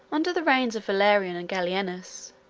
under the reigns of valerian and gallienus,